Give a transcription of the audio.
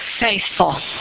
faithful